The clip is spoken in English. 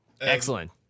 Excellent